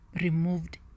removed